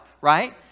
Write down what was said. Right